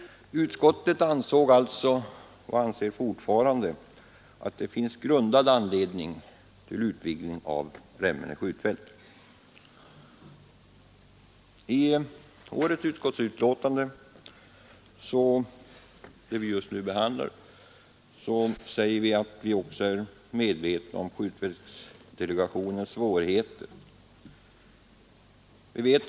Utskottet ansåg sålunda, och anser fortfarande, att det finns grundad anledning till en utvidgning av Remmene skjutfält. I det försvarsutskottets betänkande som nu behandlas säger vi också att vi är medvetna om skjutfältsdelegationens svårigheter.